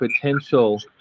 potential